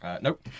Nope